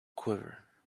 quiver